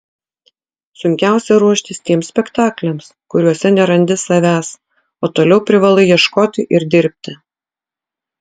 sunkiausia ruoštis tiems spektakliams kuriuose nerandi savęs o toliau privalai ieškoti ir dirbti